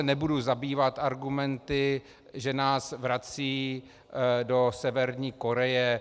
Nebudu se zabývat argumenty, že nás vrací do Severní Koreje.